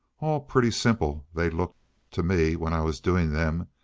all pretty simple, they looked to me, when i was doing them.